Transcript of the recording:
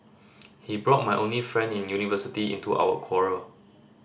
he brought my only friend in university into our quarrel